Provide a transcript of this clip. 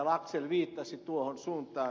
laxell viittasi tuohon suuntaan